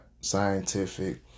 scientific